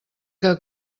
que